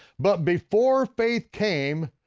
but before faith came,